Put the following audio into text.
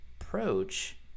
approach